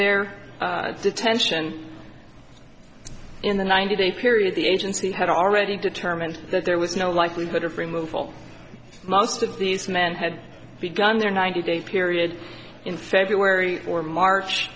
their detention in the ninety day period the agency had already determined that there was no likelihood of removal most of these men had begun their ninety day period in february or march